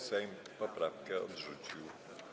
Sejm poprawkę odrzucił.